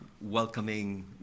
welcoming